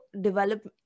develop